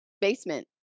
basement